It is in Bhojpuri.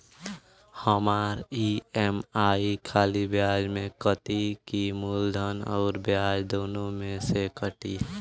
हमार ई.एम.आई खाली ब्याज में कती की मूलधन अउर ब्याज दोनों में से कटी?